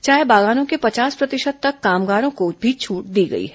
चाय बागानों के पचास प्रतिशत तक कामगारों को भी छूट दी गई है